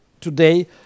today